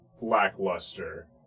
lackluster